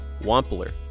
Wampler